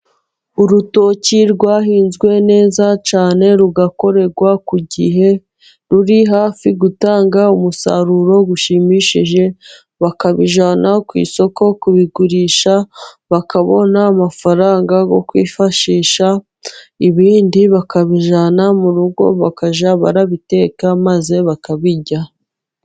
Urutoki rwahinzwe neza cyane， rugakorerwa ku gihe，ruri hafi gutanga umusaruro ushimishije， bakabijyana ku isoko kubigurisha，bakabona amafaranga yo kwifashisha， ibindi bakabijyana mu rugo，bakajya barabiteka maze bakabirya.